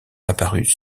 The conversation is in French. apparues